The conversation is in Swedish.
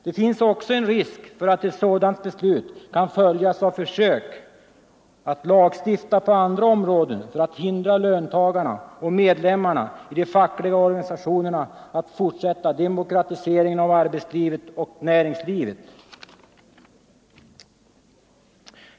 Det finns också en risk att ett sådant beslut kan följas av försök att lagstifta på andra områden för att hindra löntagarna och medlemmarna i de fackliga organisationerna att fortsätta demokratiseringen av arbetslivet och näringslivet.